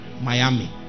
Miami